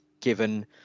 given